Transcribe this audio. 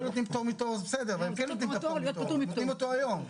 הם כן נותנים את הפטור מתור, נותנים אותו היום.